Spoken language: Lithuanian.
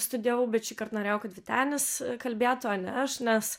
studijavau bet šįkart norėjau kad vytenis kalbėtų o ne aš nes